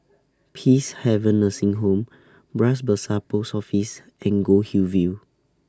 Peacehaven Nursing Home Bras Basah Post Office and Goldhill View